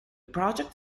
project